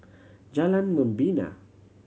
Jalan Membina